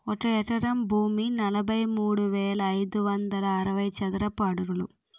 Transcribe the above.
ఒక ఎకరం భూమి నలభై మూడు వేల ఐదు వందల అరవై చదరపు అడుగులు